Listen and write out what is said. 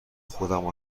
خودم